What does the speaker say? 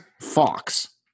Fox